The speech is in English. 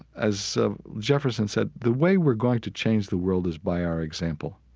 as jefferson said, the way we're going to change the world is by our example.